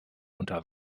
unter